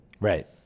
Right